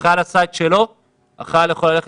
החייל עשה את שלו ו הוא יכול ללכת,